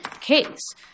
case